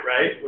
right